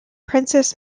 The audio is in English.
princess